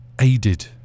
aided